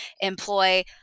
employ